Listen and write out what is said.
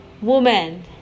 woman